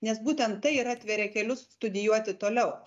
nes būtent tai ir atveria kelius studijuoti toliau